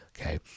Okay